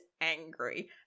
angry